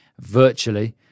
virtually